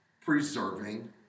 preserving